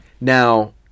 Now